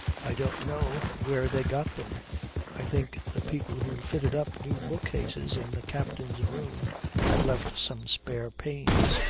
i don't know where they got them i think the people who fitted up new bookcases in the captain's room had left some spare panes.